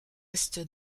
est